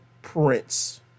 Prince